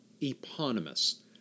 eponymous